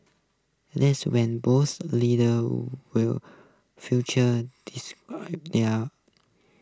these when both leaders will future there are